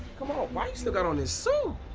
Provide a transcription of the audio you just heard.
come on, why you still got on this suit?